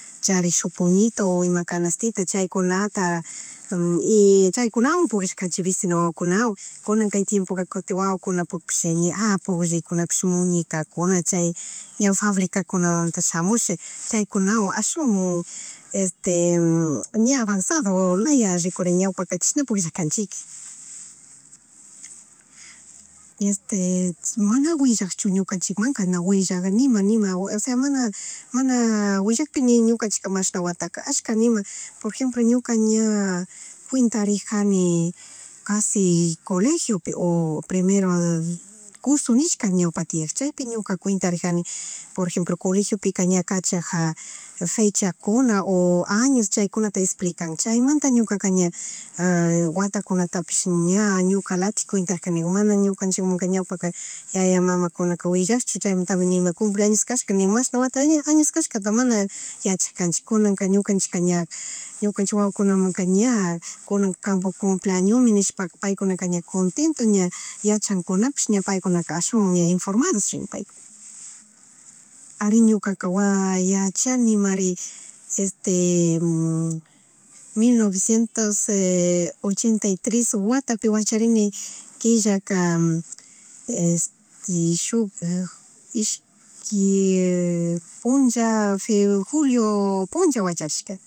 Charik shuk puñito ima kanastita chaykunata y chaykunawan pukllshkanchik vecina wawakunawan, kunan kay tiempoga kutin wawakunapukpish ña pugllaykunapish muñekakuna chay ña fabrikakunamunta shamush chaykunawan ashuwan este ña avanzado wawa laya rikurin ñawpa chishna pukllakanchikka, este mana wishakchu ñukanchikmanka na willak nima, nima, osea mana, mana ni ñukanchik ni mashna wata kashka nina por ejmplo ñuka ña cuentarijani casi colegiopi o primero curso nishka ñawupa tiyak chaytik ñuka cuentarijani por ejemplo colegiopi ña kachaja fechakuna o años chaykunata explican chay manta ñukaka ña watakunatapish ña ñukalatik cuentakanig mana ñukanchikmunka ñawapa ka yaya mana kunaka willlachuk chaymanta nima cumpleaños kashka ni mashna wata ña años kashkata mana ña yachaykanchik kunakan ñukanchikka ña ñukanchik ña kunanka kambuk cumpleañomi nishpaka paykunaka ña contento ña ña yachankunapish paykunaka ashuwan informado chi paikuna. Ari ñukaka yachanimani este mil novecientos se ochenta y tres watapi wacharini killaka shuk ishki punlla julio punllata wacharishkani